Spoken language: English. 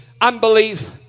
unbelief